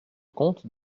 compte